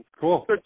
Cool